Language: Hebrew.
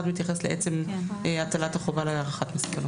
מתייחס לעצם הטלת החובה להערכת מסוכנות.